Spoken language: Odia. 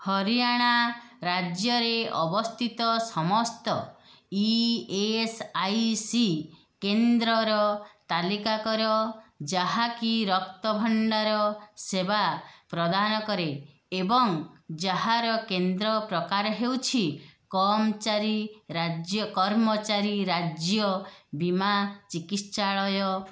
ହରିୟାଣା ରାଜ୍ୟରେ ଅବସ୍ଥିତ ସମସ୍ତ ଇ ଏସ୍ ଆଇ ସି କେନ୍ଦ୍ରର ତାଲିକା କର ଯାହାକି ରକ୍ତ ଭଣ୍ଡାର ସେବା ପ୍ରଦାନ କରେ ଏବଂ ଯାହାର କେନ୍ଦ୍ର ପ୍ରକାର ହେଉଛି କର୍ମଚାରୀ ରାଜ୍ୟ ବୀମା ଚିକିତ୍ସାଳୟ